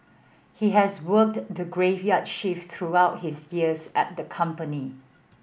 he has worked the graveyard shift throughout his years at the company